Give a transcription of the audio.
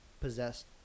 possessed